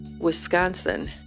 Wisconsin